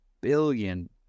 billion